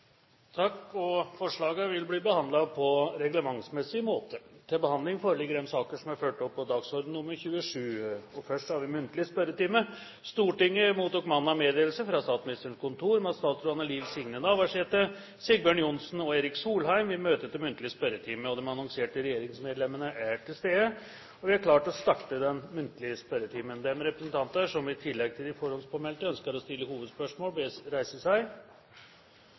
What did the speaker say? på bustadmarknaden. Forslagene vil bli behandlet på reglementsmessig måte. Stortinget mottok mandag meddelelse fra Statsministerens kontor om at statsrådene Liv Signe Navarsete, Sigbjørn Johnsen og Erik Solheim vil møte til muntlig spørretime. De annonserte regjeringsmedlemmer er til stede, og vi er klare til å starte den muntlige spørretimen. De representanter som i tillegg til de forhåndspåmeldte ønsker å stille hovedspørsmål, bes om å reise seg.